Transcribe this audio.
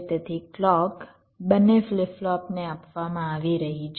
તેથી ક્લૉક બંને ફ્લિપ ફ્લોપને આપવામાં આવી રહી છે